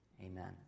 Amen